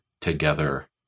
together